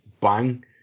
bang